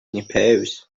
compose